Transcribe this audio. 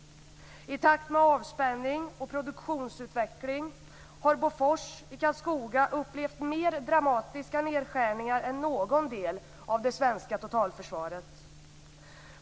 I takt med avspänning och produktionsutveckling har Bofors i Karlskoga upplevt mer dramatiska nedskärningar än någon del av det svenska totalförsvaret.